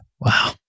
Wow